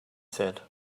said